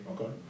Okay